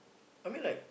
I mean like